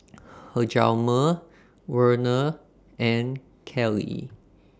Hjalmer Werner and Kelley